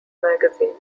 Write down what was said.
magazine